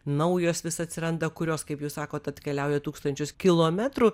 naujos vis atsiranda kurios kaip jūs sakot atkeliauja tūkstančius kilometrų